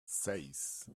seis